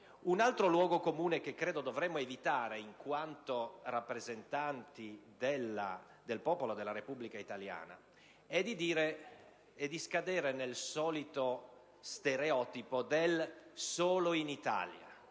Un altro luogo comune che credo dovremmo evitare in quanto rappresentanti del popolo della Repubblica italiana è di scadere nel solito stereotipo del «solo in Italia